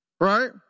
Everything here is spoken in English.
Right